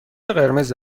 قرمز